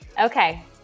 Okay